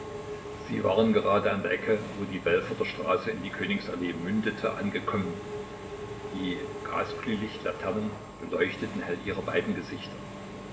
sie waren gerade an der ecke wo die belforter straße in die königs allee mündete angekommen die gasglühlichtlaternen beleuchteten hell ihre beiden gesichter